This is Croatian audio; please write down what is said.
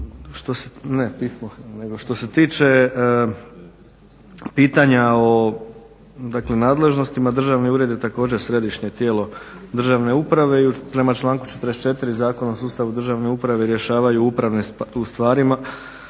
što se tiče pitanja o dakle nadležnostima državni ured je također središnje tijelo državne uprave i prema članku 44. Zakona o sustavu državnu uprave rješavaju u upravnim stvarima